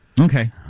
Okay